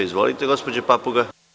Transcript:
Izvolite, gospođo Papuga.